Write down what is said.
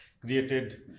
created